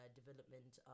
development